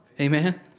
Amen